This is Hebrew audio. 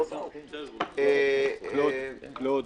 קלוד אברהים,